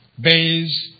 based